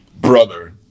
brother